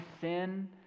sin